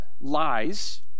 lies